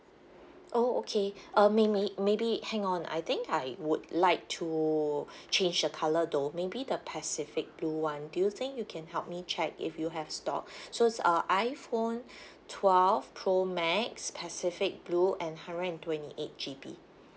oh okay uh may may maybe hang on I think I would like to change the colour though maybe the pacific blue [one] do you think you can help me check if you have stock so it's uh iphone twelve pro max pacific blue and hundred and twenty eight G_B